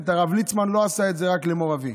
שהרב ליצמן לא עשה את זה רק למור אבי.